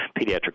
pediatric